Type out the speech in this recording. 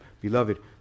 Beloved